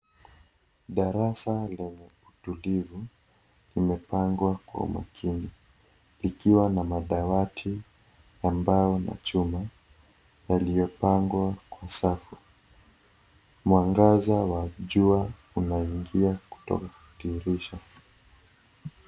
Darasa lenye utulivu. Limepangwa kwa umakini. Ikiwa na madawati ya mbao na chuma, yaliyopangwa kwa safu. Mwangaza wa jua unaingia kuto dirisha.